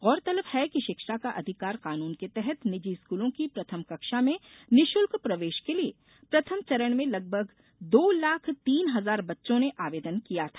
गौरतलब है कि शिक्षा का अधिकार कानून के तहत निजी स्कूलों की प्रथम कक्षा में निःशुल्क प्रवेश के लिये प्रथम चरण में लगभग दो लाख तीन हजार बच्चों ने आर्वेदन किया था